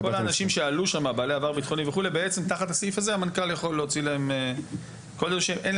תחת הסעיף הזה יכול המנכ״ל להוציא צו מניעה